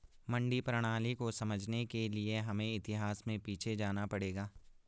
मंडी प्रणाली को समझने के लिए हमें इतिहास में पीछे जाना पड़ेगा